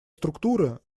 структуры